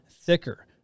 thicker